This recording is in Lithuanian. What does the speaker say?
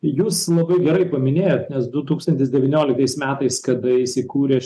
jūs labai gerai paminėjot nes du tūkstantis devynioliktais metais kada įsikūrė